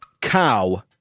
cow